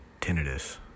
tinnitus